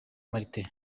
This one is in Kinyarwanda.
martin